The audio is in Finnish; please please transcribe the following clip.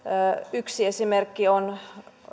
yksi esimerkki on